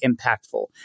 impactful